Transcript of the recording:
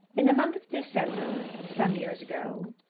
in the month of december, some years ago,